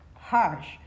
harsh